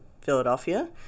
Philadelphia